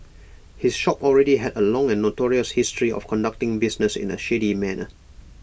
his shop already had A long and notorious history of conducting business in A shady manner